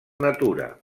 natura